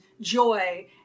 joy